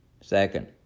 Second